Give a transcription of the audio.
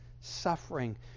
suffering